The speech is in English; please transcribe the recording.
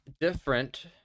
different